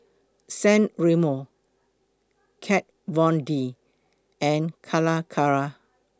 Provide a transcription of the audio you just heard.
San Remo Kat Von D and Calacara